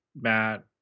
matt